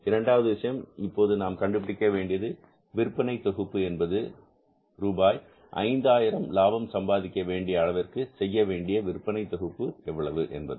இரண்டாவது விஷயம் இப்போது நாம் கண்டுபிடிக்க வேண்டியது விற்பனை தொகுப்பு என்பது ரூபாய் 5000 லாபம் சம்பாதிக்க வேண்டிய அளவிற்கு செய்யவேண்டிய விற்பனை தொகுப்பு எவ்வளவு என்பது